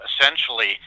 Essentially